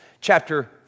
chapter